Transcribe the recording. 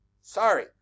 Sorry